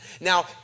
Now